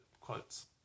quotes